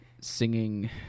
singing